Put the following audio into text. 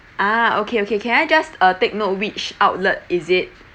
ah okay okay can I just uh take note which outlet is it